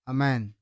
Amen